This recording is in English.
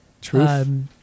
true